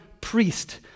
priest